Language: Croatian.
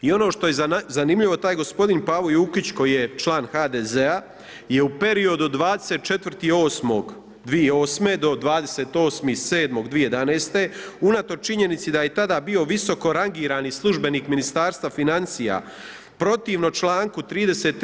I ono što je zanimljivo, taj gospodin Pavo Jukić koji je član HDZ-a je u periodu od 24.8.2008. do 28.7.2011. unatoč činjenici da je tada bio visokorangirani službenik Ministarstva financija protivno članku 33.